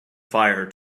fire